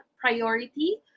priority